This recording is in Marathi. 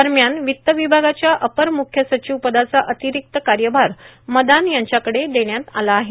दरम्यान वित्त विभागाच्या अपर मुख्य र्सांचव पदाचा र्आर्तारक्त कार्यभार मदान यांच्याकडे देण्यात आला आहे